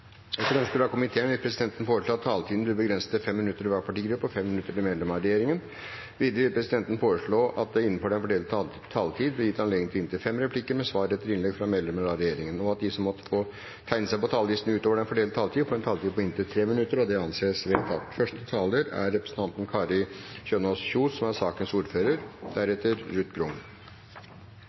Etter ønske fra finanskomiteen vil presidenten foreslå at taletiden blir begrenset til 5 minutter til hver partigruppe og 5 minutter til medlemmer av regjeringen. Videre vil presidenten foreslå at det blir gitt anledning til inntil seks replikker med svar etter innlegg fra medlemmer av regjeringen innenfor den fordelte taletid, og at de som måtte tegne seg på talerlisten utover den fordelte taletid, får en taletid på inntil 3 minutter. – Det anses vedtatt. Første taler er Roy Steffensen, for sakens ordfører.